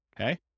Okay